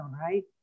right